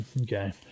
okay